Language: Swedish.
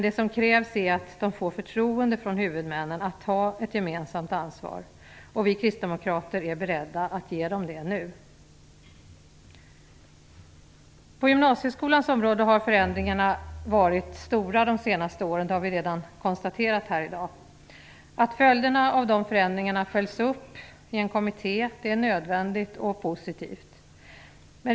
Det som krävs är att de får förtroende från huvudmännen att ta ett gemensamt ansvar. Vi kristdemokrater är beredda att ge dem det nu. På gymnasieskolans område har förändringarna varit stora de senaste åren. Det har vi redan konstaterat här i dag. Att följderna av de förändringarna följs upp i en kommitté är nödvändigt och positivt.